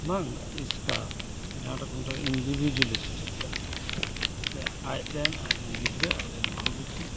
ᱵᱟᱝ ᱮᱥᱠᱟᱨ ᱡᱟᱦᱟᱸᱴᱟᱜ ᱠᱩ ᱢᱮᱛᱟᱜᱼᱟ ᱤᱱᱰᱤᱵᱷᱤᱡᱩᱣᱤᱞᱤᱥᱴᱤᱠ ᱥᱮ ᱟᱡᱨᱮᱱ ᱜᱤᱫᱽᱨᱟᱹ ᱟᱡᱨᱮᱱ ᱵᱟᱹᱦᱩ ᱵᱤᱴᱤ